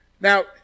Now